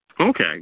Okay